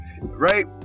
right